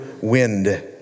wind